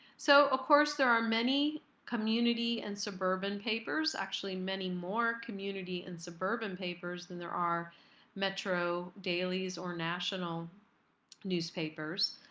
so of course there are many community and suburban papers, actually many more community and suburban papers then there are metro dailies or national national newspapers.